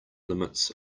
limits